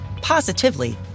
positively